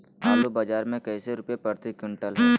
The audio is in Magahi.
आलू बाजार मे कैसे रुपए प्रति क्विंटल है?